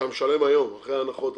אחרי הנחות,